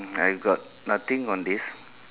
I got nothing on this